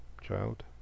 child